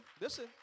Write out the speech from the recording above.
listen